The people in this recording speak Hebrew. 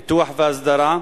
פיתוח והסדרה,